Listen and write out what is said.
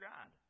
God